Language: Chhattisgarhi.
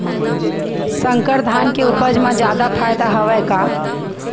संकर धान के उपज मा जादा फायदा हवय का?